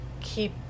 keep